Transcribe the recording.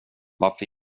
varför